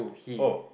oh